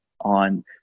on